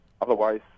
Otherwise